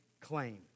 claim